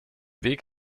weg